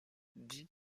dit